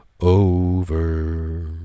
Over